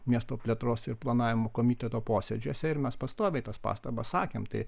miesto plėtros ir planavimo komiteto posėdžiuose ir mes pastoviai tas pastabas sakėm tai